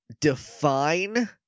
define